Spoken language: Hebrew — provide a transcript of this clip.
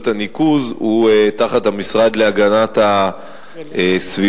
הניקוז הוא תחת המשרד להגנת הסביבה,